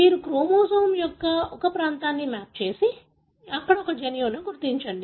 మీరు క్రోమోజోమ్ యొక్క ఒక ప్రాంతాన్ని మ్యాప్ చేసి అక్కడ ఒక జన్యువును గుర్తించండి